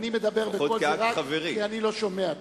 אם אני מדבר בקול זה רק כי אני לא שומע טוב.